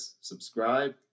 subscribe